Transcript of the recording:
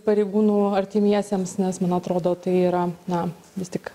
pareigūnų artimiesiems nes man atrodo tai yra na vis tik